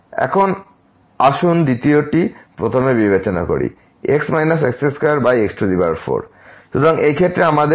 এবং এখন আসুন দ্বিতীয়টি প্রথম বিবেচনা করি x x2x4 সুতরাং এই ক্ষেত্রে আমাদের আবার এই 00 ফর্ম আছে